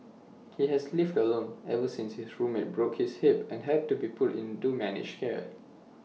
he has lived alone ever since his roommate broke his hip and had to be put into managed care